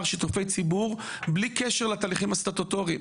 שיתופי ציבור בלי קשר לתהליכים הסטטוטוריים,